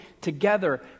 together